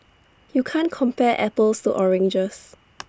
you can't compare apples to oranges